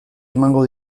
emango